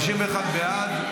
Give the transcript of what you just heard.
51 בעד.